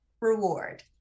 reward